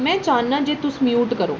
में चाह्न्नां जे तुस म्यूट करो